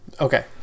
Okay